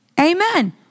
Amen